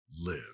live